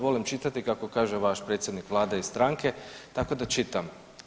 Volim čitati kako kaže vaš predsjednik Vlade iz stranke, tako da čitam.